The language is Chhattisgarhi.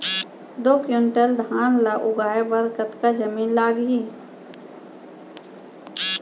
दो क्विंटल धान ला उगाए बर कतका जमीन लागही?